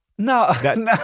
No